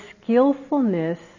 skillfulness